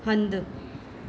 हंधि